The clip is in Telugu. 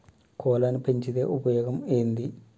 కోళ్లని పెంచితే ఉపయోగం ఏంది?